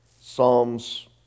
Psalms